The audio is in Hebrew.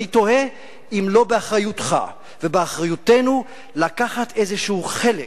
ואני תוהה אם לא באחריותך ובאחריותנו לקחת חלק